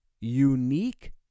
unique